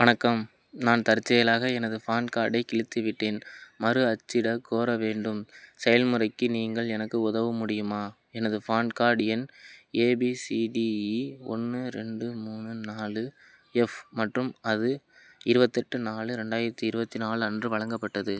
வணக்கம் நான் தற்செயலாக எனது ஃபான் கார்டை கிழித்துவிட்டேன் மறு அச்சிடக் கோர வேண்டும் செயல்முறைக்கு நீங்கள் எனக்கு உதவ முடியுமா எனது ஃபான் கார்ட் எண் A B C D E ஒன்று ரெண்டு மூணு நாலு எஃப் மற்றும் அது இருபத்தெட்டு நாலு ரெண்டாயிரத்தி இருபத்தி நாலு அன்று வழங்கப்பட்டது